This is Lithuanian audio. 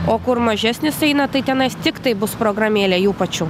o kur mažesnis eina tai tenais tiktai bus programėlė jų pačių